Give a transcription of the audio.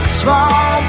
small